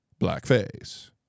blackface